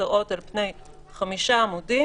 שמשתרעות על פני חמישה עמודים,